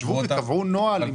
ישבו וקבעו נוהל בדיון מאוד מעמיק.